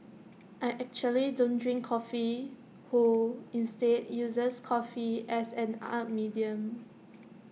I actually don't drink coffee who instead uses coffee as an art medium